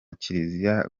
kiliziya